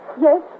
Yes